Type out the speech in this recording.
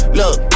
look